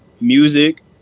music